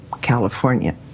California